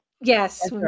yes